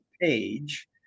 page